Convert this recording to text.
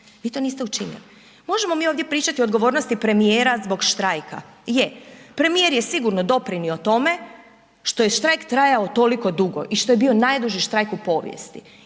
vi to niste učinili. Možemo mi ovdje pričati o odgovornosti premijera zbog štrajka, je premijer je sigurno doprinio tome što je štrajk trajao toliko dugo i što je bio najduži štrajk u povijesti